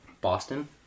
Boston